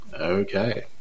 Okay